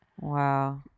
Wow